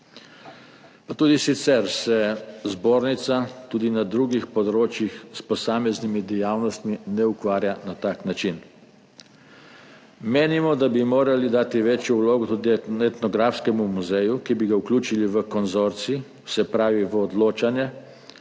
Pa tudi sicer se zbornica na drugih področjih s posameznimi dejavnostmi ne ukvarja na tak način. Menimo, da bi morali dati večjo vlogo tudi Slovenskemu etnografskemu muzeju, ki bi ga vključili v konzorcij, se pravi v odločanje,